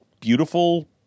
beautiful